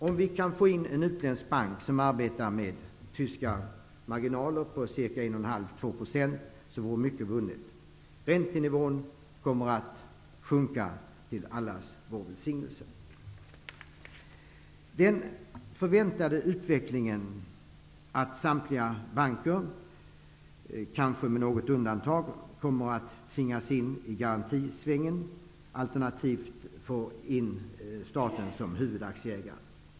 Om vi kan få en utländsk bank som arbetar med t.ex. tyska marginalräntor på 1,5--2 % att etablera sig här, skulle mycket vara vunnet. Räntenivån kommer att sjunka -- till allas vår välsignelse. Den förväntade utvecklingen är att samtliga banker, kanske med något undantag, kommer att tvingas in i garantisvängen, alternativt få in staten som huvudaktieägare.